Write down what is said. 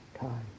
time